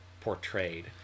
portrayed